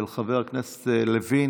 של חבר הכנסת לוין,